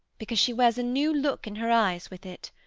because she wears a new look in her eyes with it.